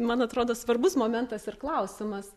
man atrodo svarbus momentas ir klausimas